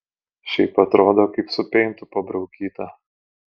šiaip atrodo kaip su peintu pabraukyta